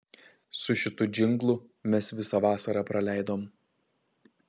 su šitu džinglu mes visą vasarą praleidom